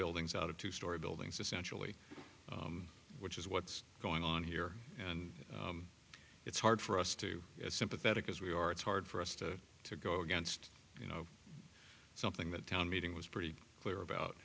buildings out of two story buildings essentially which is what's going on here and it's hard for us to as sympathetic as we are it's hard for us to to go against you know something that town meeting was pretty clear about